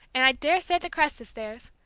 and i daresay the crest is theirs.